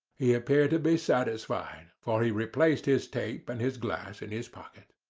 he appeared to be satisfied, for he replaced his tape and his glass in his pocket.